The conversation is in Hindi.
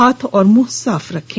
हाथ और मुंह साफ रखें